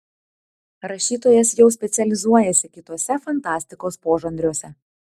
rašytojas jau specializuojasi kituose fantastikos požanriuose